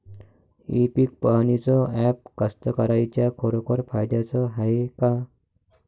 इ पीक पहानीचं ॲप कास्तकाराइच्या खरोखर फायद्याचं हाये का?